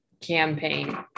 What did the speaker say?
campaign